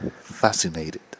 fascinated